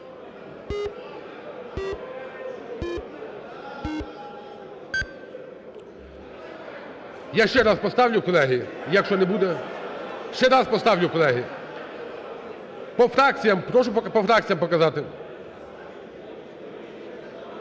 Я ще раз поставлю, колеги, якщо не буде… Ще раз поставлю, колеги. По фракціях, прошу по фракціях показати.